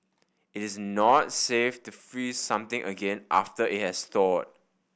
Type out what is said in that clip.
it is not safe to freeze something again after it has thawed